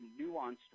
nuanced